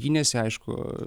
gynėsi aišku